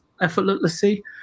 effortlessly